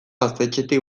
gaztetxetik